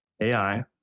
AI